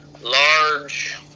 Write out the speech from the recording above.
large